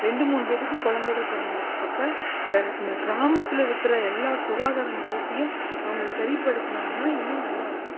ரெண்டு மூணு பேற்றுக்கு குழந்தைகள் பிறந்துருக்கு அப்ப இந்த இந்த கிராமத்தில் இருக்கிற எல்லா சுகாதார மையத்தையும் அவங்க சரி படுத்துனாங்கனால் இன்னும் நல்லாயிருக்கும்